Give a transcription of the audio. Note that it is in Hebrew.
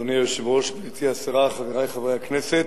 אדוני היושב-ראש, גברתי השרה, חברי חברי הכנסת,